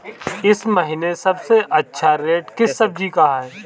इस महीने सबसे अच्छा रेट किस सब्जी का है?